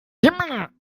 dimmer